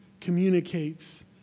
communicates